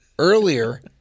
Earlier